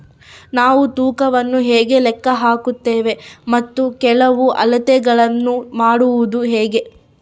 ನಾವು ತೂಕವನ್ನು ಹೇಗೆ ಲೆಕ್ಕ ಹಾಕುತ್ತೇವೆ ಮತ್ತು ಕೆಲವು ಅಳತೆಗಳನ್ನು ಮಾಡುವುದು ಹೇಗೆ?